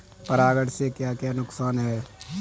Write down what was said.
परागण से क्या क्या नुकसान हैं?